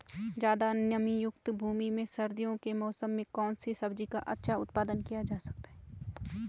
ज़्यादा नमीयुक्त भूमि में सर्दियों के मौसम में कौन सी सब्जी का अच्छा उत्पादन किया जा सकता है?